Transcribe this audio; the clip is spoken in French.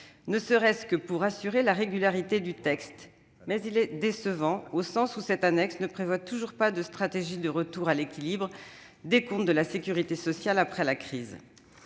ne serait-ce que pour assurer la régularité du texte, mais il est décevant, dans la mesure où cette annexe ne prévoit toujours pas de stratégie de retour à l'équilibre des comptes de la sécurité sociale après la crise.